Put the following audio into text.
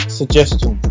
suggestion